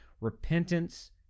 Repentance